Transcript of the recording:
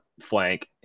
flank